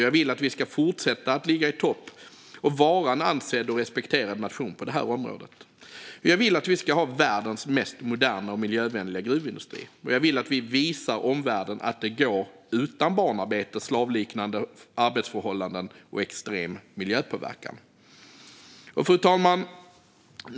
Jag vill att vi ska fortsätta att ligga i topp och vara en ansedd och respekterad nation på detta område. Jag vill att vi ska ha världens mest moderna och miljövänliga gruvindustri, och jag vill att vi visar omvärlden att det går utan barnarbete, slavliknande arbetsförhållanden och extrem miljöpåverkan. Fru talman!